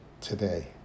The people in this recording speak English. today